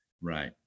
Right